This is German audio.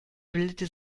bildete